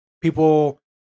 people